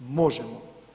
Možemo.